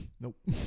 Nope